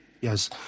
Yes